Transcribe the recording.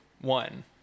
one